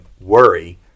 worry